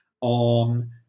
on